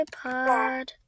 pod